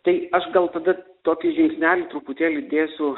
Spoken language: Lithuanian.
tai aš gal tada tokį žingsnelį truputėlį dėsiu